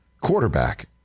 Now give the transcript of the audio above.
quarterback